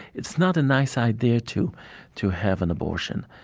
it's not a nice idea to to have an abortion,